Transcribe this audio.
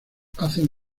hacen